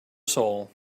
soul